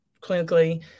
clinically